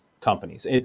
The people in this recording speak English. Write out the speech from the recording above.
companies